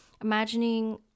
imagining